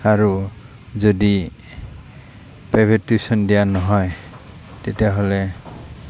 আৰু যদি private tuition দিয়া নহয় তেতিয়াহ'লে